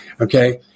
Okay